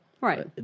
Right